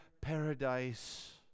paradise